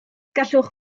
gallwch